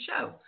show